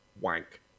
wank